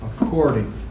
according